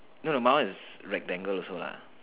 no no my one is rectangle also lah